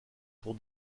pour